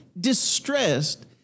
distressed